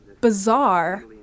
bizarre